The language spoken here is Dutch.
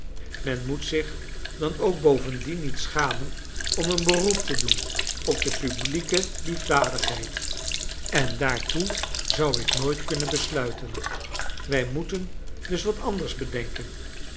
men moet zich dan ook bovendien niet schamen om een beroep te doen op de publieke liefdadigheid en daartoe zou ik nooit kunnen besluiten wij moeten dus wat anders bedenken